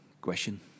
question